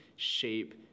shape